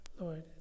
Lord